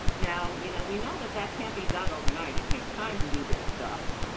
now, you know, we know that that can't be done overnight, it takes time to do this stuff.